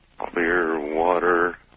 Clearwater